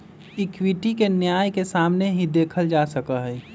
equity के न्याय के सामने ही देखल जा सका हई